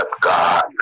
God